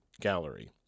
Gallery